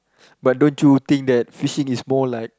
but don't you think that fishing is more like